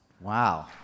Wow